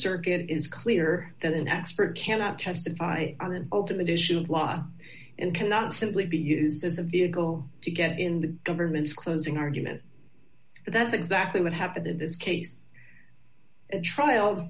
circuit it is clear that an expert cannot testify on an ultimate issue of law and cannot simply be used as a vehicle to get in the government's closing argument that's exactly what happened in this case at trial